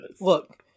Look